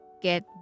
Get